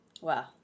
Wow